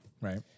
Right